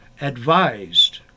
advised